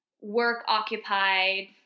work-occupied